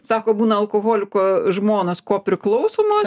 sako būna alkoholiko žmonos kopriklausomos